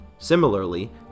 Similarly